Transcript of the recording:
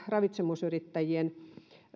ravitsemusyrittäjien